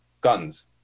guns